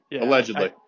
Allegedly